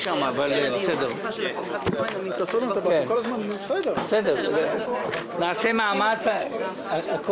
שם העלו שתי הסתייגויות: הסתייגות אחת של